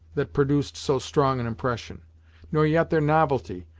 that produced so strong an impression nor yet their novelty,